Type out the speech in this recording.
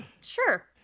sure